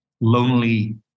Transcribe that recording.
lonely